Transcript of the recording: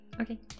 Okay